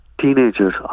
teenagers